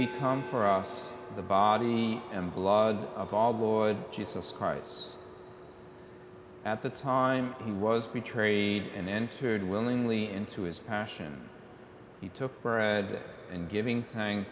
become for us the body and blood of all board jesus cards at the time he was betrayed and answered willingly into his action he took bread and giving going